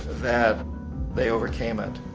that they overcame it.